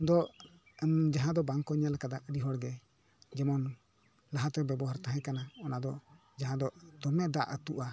ᱫᱚ ᱡᱟᱦᱟᱸ ᱫᱚ ᱵᱟᱝᱠᱚ ᱧᱮᱞ ᱠᱟᱫᱟ ᱟ ᱰᱤ ᱦᱚᱲ ᱜᱮ ᱡᱮᱢᱚᱱ ᱞᱟᱦᱟᱛᱮ ᱵᱮᱵᱚᱦᱟᱨ ᱛᱟᱦᱮᱸ ᱠᱟᱱᱟ ᱚᱱᱟ ᱫᱚ ᱡᱟᱦᱟᱸ ᱫᱚ ᱫᱚᱢᱮ ᱫᱟᱜ ᱟ ᱛᱩᱜᱼᱟ